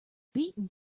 beaten